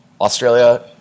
Australia